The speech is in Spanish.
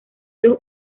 dos